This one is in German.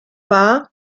war